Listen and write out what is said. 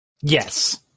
Yes